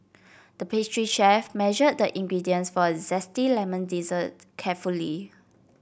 the pastry chef measured the ingredients for a zesty lemon dessert carefully